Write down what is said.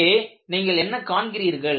இங்கே நீங்கள் என்ன காண்கிறீர்கள்